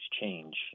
change